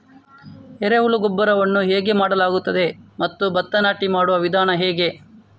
ಎರೆಹುಳು ಗೊಬ್ಬರವನ್ನು ಹೇಗೆ ಮಾಡಲಾಗುತ್ತದೆ ಮತ್ತು ಭತ್ತ ನಾಟಿ ಮಾಡುವ ವಿಧಾನ ಹೇಗೆ?